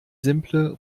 simple